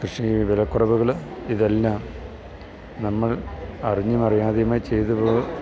കൃഷി വിലക്കുറവുകൾ ഇതെല്ലാം നമ്മൾ അറിഞ്ഞും അറിയാതെയുമായി ചെയ്തു പോ